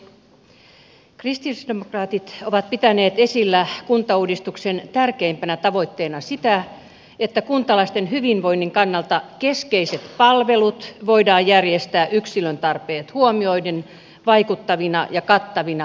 kristillisdemokraatit ovat pitäneet esillä kuntauudistuksen tärkeimpänä tavoitteena sitä että kuntalaisten hyvinvoinnin kannalta keskeiset palvelut voidaan järjestää yksilön tarpeet huomioiden vaikuttavina ja kattavina lähipalveluina